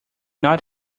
not